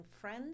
friends